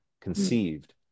conceived